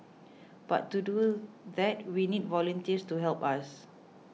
but to do that we need volunteers to help us